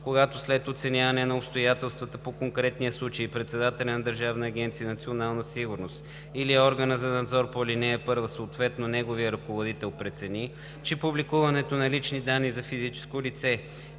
Когато след оценяване на обстоятелствата по конкретния случай председателят на Държавна агенция „Национална сигурност“ или органът за надзор по ал. 1, съответно неговият ръководител прецени, че публикуването на лични данни за физическо лице,